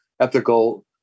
ethical